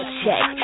check